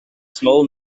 small